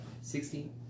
Sixteen